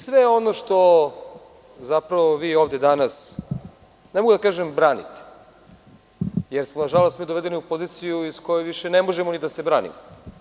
Sve ono što, zapravo vi ovde danas, ne mogu da kažem branite, jer smo mi na žalost dovedeni u poziciju iz koje više ne možemo ni da se branimo.